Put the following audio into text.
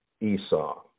Esau